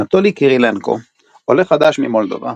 אנטולי קירילנקו עולה חדש ממולדובה.